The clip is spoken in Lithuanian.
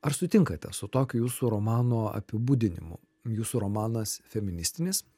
ar sutinkate su tokiu jūsų romano apibūdinimu jūsų romanas feministinis